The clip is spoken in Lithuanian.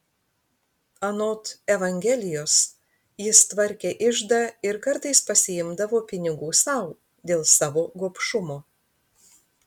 anot evangelijos jis tvarkė iždą ir kartais pasiimdavo pinigų sau dėl savo gobšumo